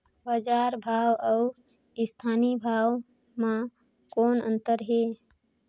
बजार भाव अउ स्थानीय भाव म कौन अन्तर हे?